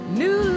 new